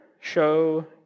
show